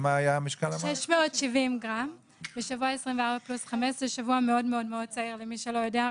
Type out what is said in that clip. היא נולדה בשבוע 24 פלוס 5. זה שבוע מאוד צעיר למי שלא יודע.